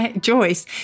Joyce